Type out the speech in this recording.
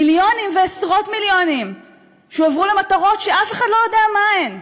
מיליונים ועשרות מיליונים הועברו למטרות שאף אחד לא יודע מה הן,